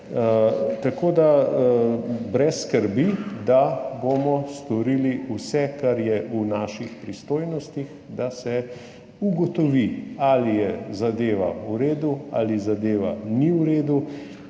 Tako da brez skrbi, da bomo storili vse, kar je v naših pristojnostih, da se ugotovi, ali je zadeva v redu ali zadeva ni v redu.